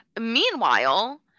meanwhile